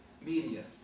media